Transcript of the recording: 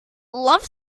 love